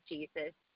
Jesus